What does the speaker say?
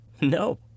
No